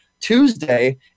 Tuesday